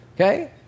Okay